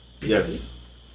Yes